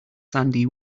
sandy